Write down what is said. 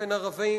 לבין ערבים.